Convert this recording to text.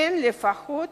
הן לפחות